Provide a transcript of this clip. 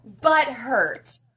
butthurt